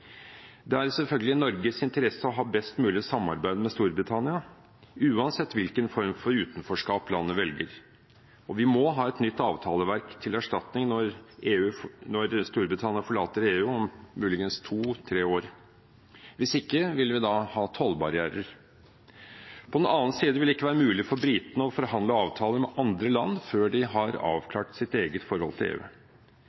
Det er selvfølgelig i Norges interesse å ha best mulig samarbeid med Storbritannia, uansett hvilken form for utenforskap landet velger, og vi må ha et nytt avtaleverk til erstatning når Storbritannia forlater EU om muligens to–tre år. Hvis ikke vil vi ha tollbarrierer. På den annen side vil det ikke være mulig for britene å forhandle avtaler med andre land før de har